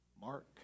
Mark